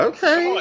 Okay